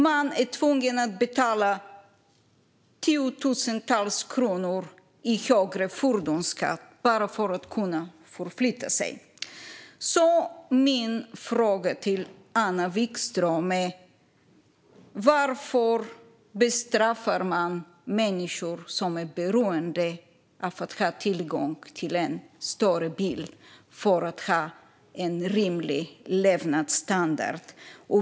Man är tvungen att betala tiotusentals kronor i högre fordonsskatt bara för att kunna förflytta sig. Min fråga till Anna Vikström är: Varför bestraffar man människor som är beroende av att ha tillgång till en större bil för att kunna ha en rimlig levnadsstandard?